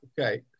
Okay